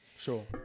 Sure